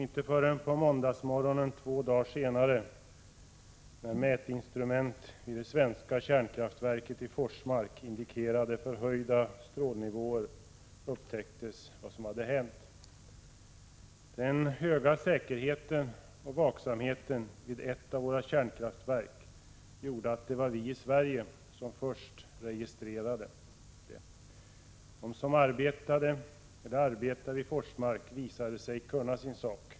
Inte förrän på måndagsmorgonen två dagar senare, när mätinstrument vid det svenska kärnkraftverket i Forsmark indikerade förhöjda strålnivåer, upptäcktes vad som hade hänt. Den höga säkerheten och vaksamheten vid ett av våra kärnkraftverk gjorde att det var vi i Sverige som först registrerade det inträffade. De som arbetar vid Forsmark visade sig kunna sin sak.